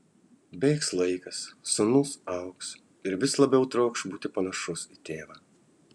bėgs laikas sūnus augs ir vis labiau trokš būti panašus į tėvą